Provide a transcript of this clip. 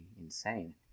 insane